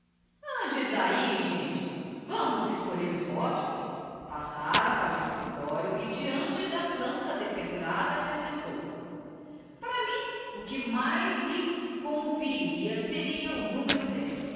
ande d'ahi gente vamos escolher os lotes passaram para o escriptorio e deante da planta dependurada accrescentou para mim o que mais lhes conviria seria o numero dez